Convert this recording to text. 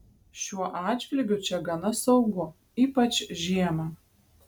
šiuo atžvilgiu čia gana saugu ypač žiemą